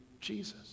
Jesus